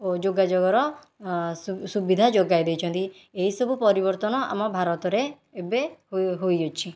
ଓ ଯୋଗାଯୋଗର ସୁସୁବିଧା ଯୋଗାଇ ଦେଇଛନ୍ତି ଏହି ସବୁ ପରିବର୍ତ୍ତନ ଆମ ଭାରତରେ ଏବେ ହୋଇହୋଇଅଛି